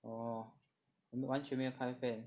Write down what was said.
orh 我们完全没有开反